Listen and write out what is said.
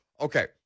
Okay